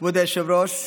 כבוד היושב-ראש,